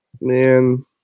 Man